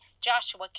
Joshua